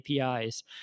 APIs